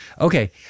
okay